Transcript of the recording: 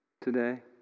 today